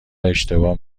اشتباه